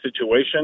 situation